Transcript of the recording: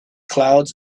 clouds